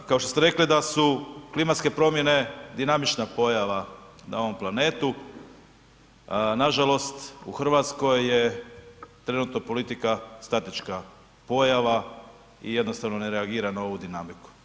Kao što ste rekli da su klimatske promjene dinamična pojava na ovom planetu nažalost u Hrvatskoj je trenutno politika statička pojava i jednostavno ne reagira na ovu dinamiku.